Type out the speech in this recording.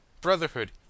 brotherhood